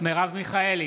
מרב מיכאלי,